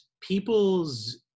people's